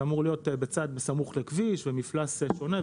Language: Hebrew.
אמור להיות בצד בסמוך לכביש ומפלס שונה,